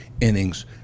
innings